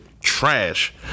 trash